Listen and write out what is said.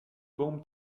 bombe